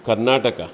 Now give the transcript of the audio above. Karnataka